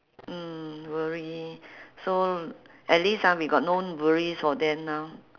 mm worry so at least ah we got no worries for them now